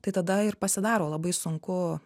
tai tada ir pasidaro labai sunku